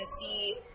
see